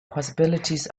possibilities